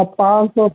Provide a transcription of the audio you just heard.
अब पाँच सौ